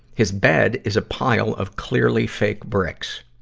his bed is a pile of clearly fake bricks.